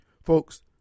Folks